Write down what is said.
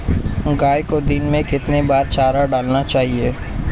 गाय को दिन में कितनी बार चारा डालना चाहिए?